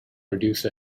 reduce